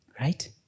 right